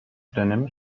dönemi